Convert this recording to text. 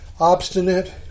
obstinate